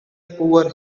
poor